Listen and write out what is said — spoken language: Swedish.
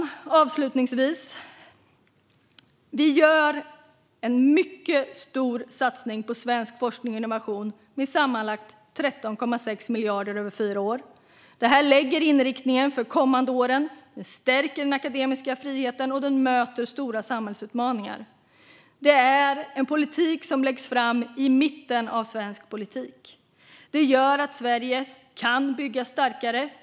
Vi gör avslutningsvis en mycket stor satsning på svensk forskning och innovation med sammanlagt 13,6 miljarder över fyra år. Det här lägger inriktningen för de kommande åren, det stärker den akademiska friheten och det möter stora samhällsutmaningar. Det är en politik som läggs fram i mitten av svensk politik. Det gör att Sverige kan byggas starkare.